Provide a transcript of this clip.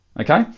okay